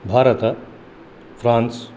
Bharata France